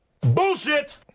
Bullshit